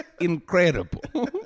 incredible